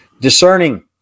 discerning